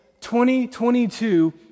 2022